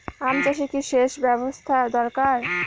আম চাষে কি সেচ ব্যবস্থা দরকার?